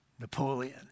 Napoleon